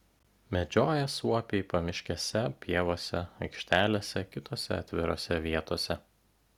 medžioja suopiai pamiškėse pievose aikštelėse kitose atvirose vietose